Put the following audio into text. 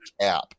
app